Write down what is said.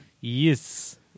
Yes